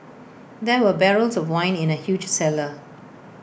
there were barrels of wine in the huge cellar